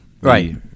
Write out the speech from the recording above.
Right